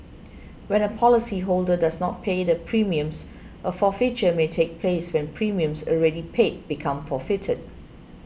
when a policyholder does not pay the premiums a forfeiture may take place where premiums already paid become forfeited